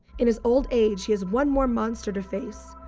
in his old age, he has one more monster to face,